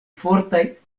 fortaj